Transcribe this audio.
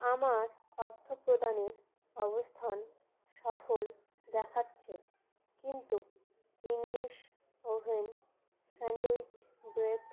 আমার অর্থপ্রদানের অবস্থান সফল দেখাচ্ছে কিন্তু ইংলিশ ওভেন স্যান্ডউইচ ব্রেড